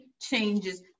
changes